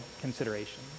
consideration